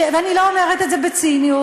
אני לא אומרת את זה בציניות,